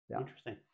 Interesting